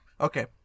Okay